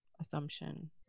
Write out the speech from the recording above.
assumption